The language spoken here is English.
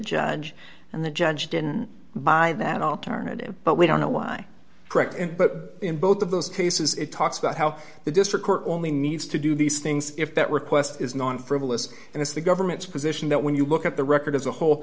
judge and the judge didn't buy that alternative but we don't know why correct and but in both of those cases it talks about how the district court only needs to do these things if that request is non frivolous and it's the government's position that when you look at the record as a whole